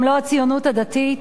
גם לא הציונות הדתית?